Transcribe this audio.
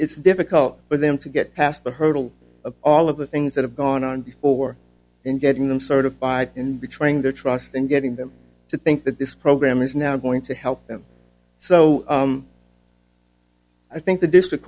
it's difficult for them to get past the hurdle of all of the things that have gone on before and getting them sort of by and betraying their trust and getting them to think that this program is now going to help them so i think the district